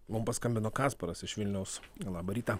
mum paskambino kasparas iš vilniaus labą rytą